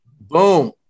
Boom